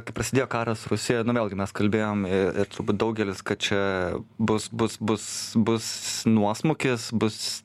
kai prasidėjo karas rusijoj nu vėlgi mes kalbėjom ir turbūt daugelis kad čia bus bus bus bus nuosmukis bus